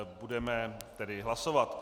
Budeme tedy hlasovat.